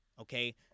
okay